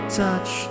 touch